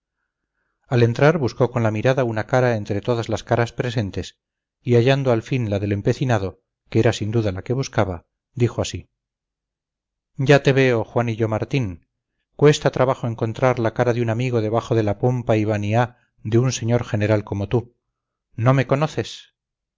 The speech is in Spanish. al entrar buscó con la mirada una cara entre todas las caras presentes y hallando al fin la del empecinado que era sin duda la que buscaba dijo así ya te veo juanillo martín cuesta trabajo encontrar la cara de un amigo debajo de la pompa y vaniáde un señor general como tú no me conoces